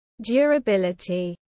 durability